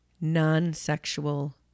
non-sexual